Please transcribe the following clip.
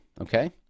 okay